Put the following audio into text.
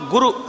Guru